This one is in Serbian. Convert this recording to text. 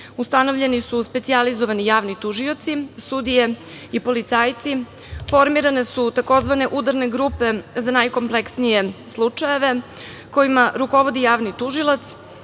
Ustanovljeni su specijalizovani javni tužioci, sudije i policajci. Formirane su tzv. udarne grupe za najkompleksnije slučajeve kojima rukovodi javni tužilac.